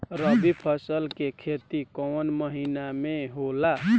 रवि फसल के खेती कवना महीना में होला?